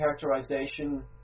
characterization